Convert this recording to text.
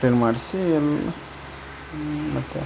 clean ಮಾಡಿಸಿ ಎಲ್ಲ ಮತ್ತು